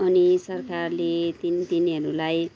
अनि सरकारले तिन तिनीहरूलाई